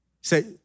Say